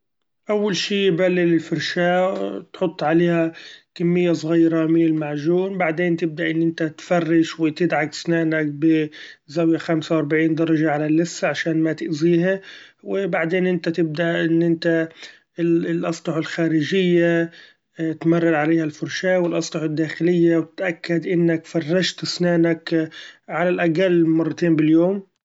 أول شي بتبلل الفرشاة وبتضع عليها كمية من المعچون ، بعدين تبدأ إن إنت تفرش وتدعك سنإنك بزأوية خمسة واربعين درچه على اللثه عشإن ما تأذيها ، وبعدين إنت تبدأ إن إنت الاسطح الخارچية تمرر عليها الفرشاه والاسطح الداخلية وبتتأكد إنك فرشت سنإنك على الاقل مرتين باليوم.